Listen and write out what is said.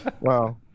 Wow